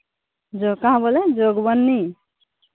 जो कहाँ बोले जोगबनी